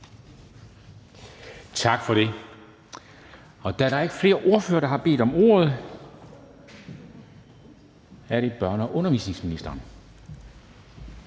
Tak for det. Da der ikke er flere ordførere, der har bedt om ordet, er det børne- og undervisningsministeren.